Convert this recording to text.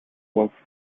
woke